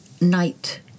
night